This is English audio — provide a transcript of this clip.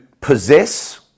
possess